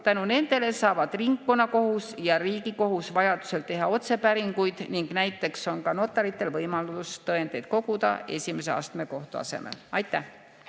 Tänu nendele saavad ringkonnakohus ja Riigikohus vajadusel teha otsepäringuid ning näiteks on ka notaritel võimalus tõendeid koguda esimese astme kohtu asemel. Aa,